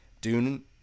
Dune